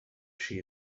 she